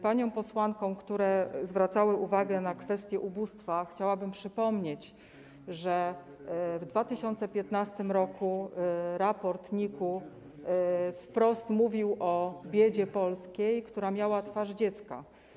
Paniom posłankom, które zwracały uwagę na kwestie ubóstwa, chciałabym przypomnieć, że w 2015 r. raport NIK-u wprost mówił o biedzie polskiej, która miała twarz dziecka.